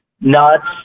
nuts